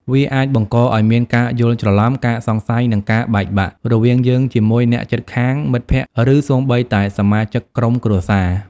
វាអាចបង្កឱ្យមាន ការយល់ច្រឡំ ការសង្ស័យ និងការបែកបាក់ រវាងយើងជាមួយអ្នកជិតខាង មិត្តភក្តិ ឬសូម្បីតែសមាជិកក្រុមគ្រួសារ។